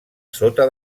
sota